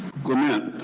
clement.